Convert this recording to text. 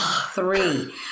three